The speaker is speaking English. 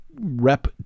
Rep